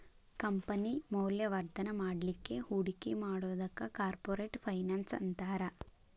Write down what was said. company ಮೌಲ್ಯವರ್ಧನ ಮಾಡ್ಲಿಕ್ಕೆ ಹೂಡಿಕಿ ಮಾಡೊದಕ್ಕ ಕಾರ್ಪೊರೆಟ್ ಫೈನಾನ್ಸ್ ಅಂತಾರ